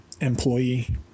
employee